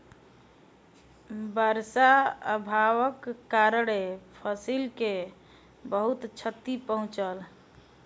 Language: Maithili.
वर्षा अभावक कारणेँ फसिल के बहुत क्षति पहुँचल